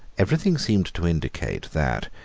everything seemed to indicate that,